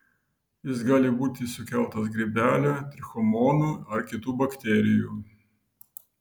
jis gali būti sukeltas grybelio trichomonų ar kitų bakterijų